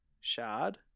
shard